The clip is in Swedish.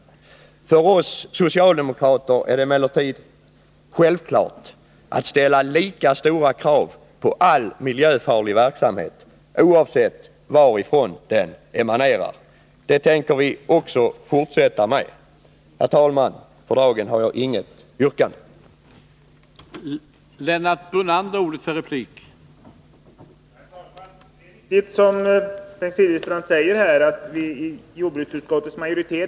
För oss socialdemokrater är det emellertid självklart att ställa lika stora krav på all miljöfarlig verksamhet, oavsett varifrån den emanerar. Det tänker vi också fortsätta med. Herr talman! För dagen har jag inget yrkande.